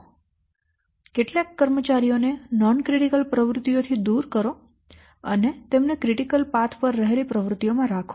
તેથી કેટલાક કર્મચારીઓને બિન ક્રિટિકલ પ્રવૃત્તિઓથી દૂર કરો અને તેમને ક્રિટિકલ પાથ પર રહેલી પ્રવૃત્તિઓમાં રાખો